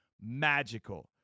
magical